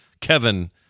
Kevin